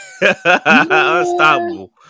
Unstoppable